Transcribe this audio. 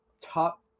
top